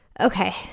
Okay